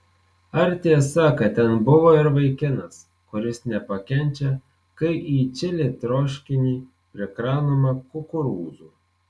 ar tiesa kad ten buvo ir vaikinas kuris nepakenčia kai į čili troškinį prikraunama kukurūzų